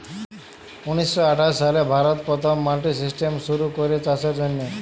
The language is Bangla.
উনিশ শ আঠাশ সালে ভারতে পথম মাল্ডি সিস্টেম শুরু ক্যরা চাষের জ্যনহে